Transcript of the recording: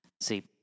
See